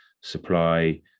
supply